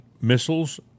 missiles